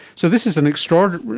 so this is an extraordinary,